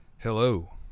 Hello